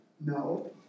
No